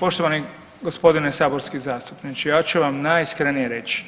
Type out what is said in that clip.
Poštovani gospodine saborski zastupniče ja ću vam najiskrenije reći